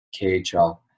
KHL